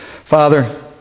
Father